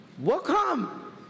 welcome